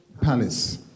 palace